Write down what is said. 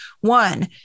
one